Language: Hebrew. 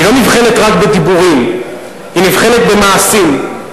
היא לא נבחנת רק בדיבורים, היא נבחנת במעשים.